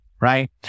right